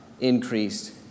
increased